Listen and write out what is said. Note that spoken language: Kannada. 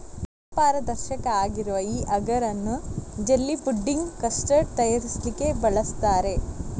ಅರ್ಧ ಪಾರದರ್ಶಕ ಆಗಿರುವ ಈ ಅಗರ್ ಅನ್ನು ಜೆಲ್ಲಿ, ಫುಡ್ಡಿಂಗ್, ಕಸ್ಟರ್ಡ್ ತಯಾರಿಸ್ಲಿಕ್ಕೆ ಬಳಸ್ತಾರೆ